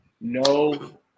no